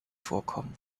vorkommen